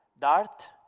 DART